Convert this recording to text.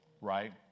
Right